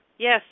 Yes